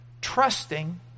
trusting